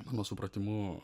mano supratimu